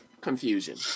confusion